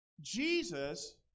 Jesus